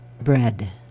bread